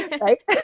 Right